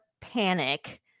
panic